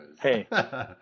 Hey